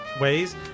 ways